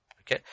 Okay